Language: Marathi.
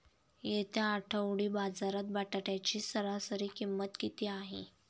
येत्या आठवडी बाजारात बटाट्याची सरासरी किंमत किती आहे?